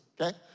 okay